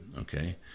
okay